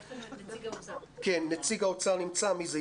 נציג האוצר נמצא, מי זה?